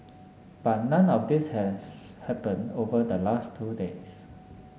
but none of this has happened over the last two days